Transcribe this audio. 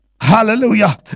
hallelujah